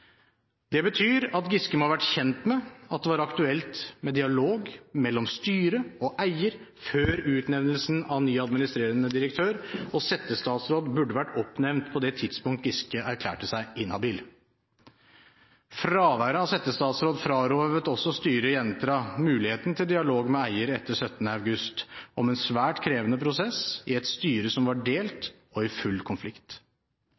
Det betyr at Giske må ha vært kjent med at det var aktuelt med dialog mellom styret og eier før utnevnelsen av ny administrerende direktør, og settestatsråd burde vært oppnevnt på det tidspunkt Giske erklærte seg inhabil. Fraværet av settestatsråd frarøvet også styret i Entra muligheten til dialog med eier etter 17. august om en svært krevende prosess, i et styre som var delt og i full konflikt.